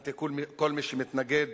אנטי כל מי שמתנגד